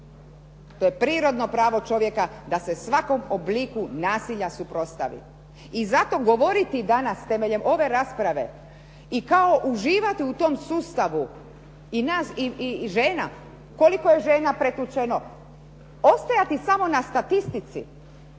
To je prirodno pravo čovjeka, da se svakom obliku nasilja suprotstavi. I zato govoriti danas temeljem ove rasprave i kao uživati u tom sustavu i nas žena. Koliko je žena pretučeno? Ostajati samo na statistici